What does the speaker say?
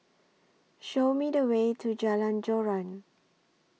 Show Me The Way to Jalan Joran